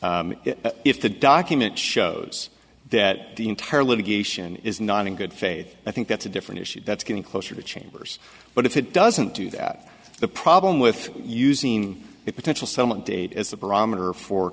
if the document shows that the entire litigation is not in good faith i think that's a different issue that's getting closer to changers but if it doesn't do that the problem with using it potential someone date as a barometer for